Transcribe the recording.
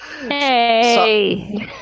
Hey